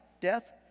death